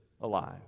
alive